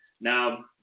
Now